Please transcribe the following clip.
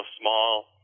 small